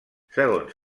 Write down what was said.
segons